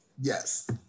Yes